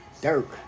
Dirk